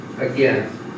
Again